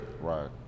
Right